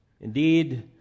indeed